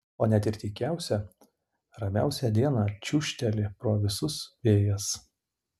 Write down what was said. o net ir tykiausią ramiausią dieną čiūžteli pro visus vėjas